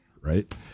right